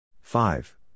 Five